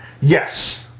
Yes